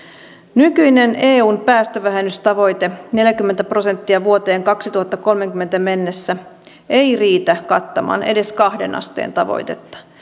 nykyinen eun päästövähennystavoite neljäkymmentä prosenttia vuoteen kaksituhattakolmekymmentä mennessä ei riitä kattamaan edes kahteen asteen tavoitetta